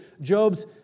Job's